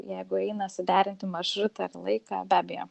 jeigu eina suderinti maršrutą ir laiką be abejo